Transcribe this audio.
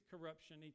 corruption